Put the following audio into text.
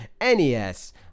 NES